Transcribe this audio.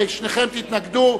ושניכם תתנגדו.